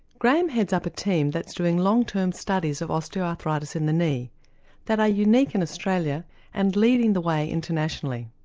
graeme heads up a team that's doing long term studies of osteoarthritis in the knee that are unique in australia and leading the way internationally.